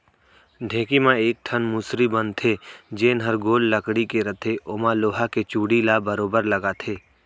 ढेंकी म एक ठन मुसरी बन थे जेन हर गोल लकड़ी के रथे ओमा लोहा के चूड़ी ल बरोबर लगाथे